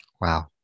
Wow